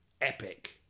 epic